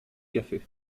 café